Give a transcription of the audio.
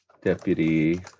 Deputy